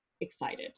excited